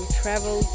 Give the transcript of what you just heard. travel